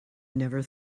never